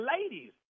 ladies